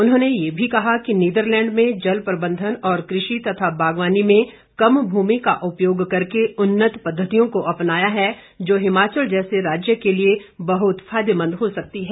उन्होंने ये भी कहा कि निदरलैंड में जल प्रबंधन और कृषि तथा बागवानी में कम भूमि का उपयोग करके उन्नत पद्धतियों को अपनाया है जो हिमाचल जैसे राज्य के लिए बहुत फायदेमंद हो सकती है